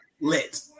Lit